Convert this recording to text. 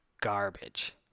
Garbage